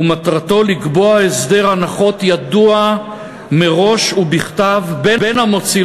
ומטרתו לקבוע הסדר הנחות ידוע מראש ובכתב בין המוציא